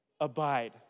abide